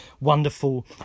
wonderful